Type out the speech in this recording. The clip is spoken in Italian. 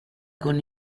con